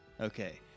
Okay